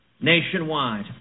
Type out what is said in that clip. nationwide